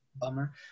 Bummer